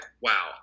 wow